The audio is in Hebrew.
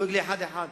דואג לאחד-אחד,